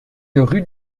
rue